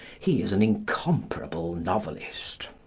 he is an incomparable novelist.